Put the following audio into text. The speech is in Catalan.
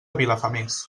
vilafamés